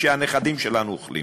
שהנכדים שלנו אוכלים.